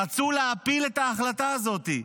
רצו להפיל את ההחלטה הזאת.